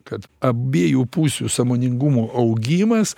kad abiejų pusių sąmoningumo augimas